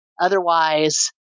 Otherwise